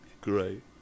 Great